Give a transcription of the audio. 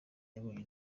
yabonye